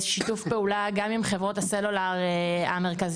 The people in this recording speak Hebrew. שיתוף פעולה גם עם חברות הסלולר המרכזיות,